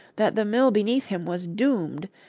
that the mill beneath him was doomed,